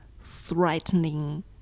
threatening